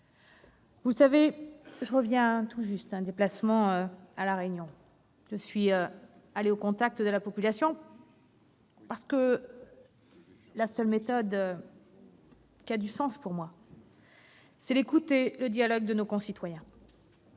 vous le savez, je reviens tout juste d'un déplacement à La Réunion. Je suis allé au contact de la population, parce que la seule méthode qui ait du sens pour moi, c'est l'écoute et le dialogue avec nos concitoyens.